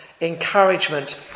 encouragement